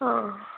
ആ